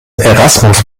erasmus